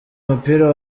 umupira